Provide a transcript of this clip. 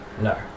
no